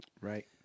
right